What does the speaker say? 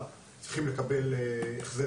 אנחנו צריכים לקרוא את התקנות?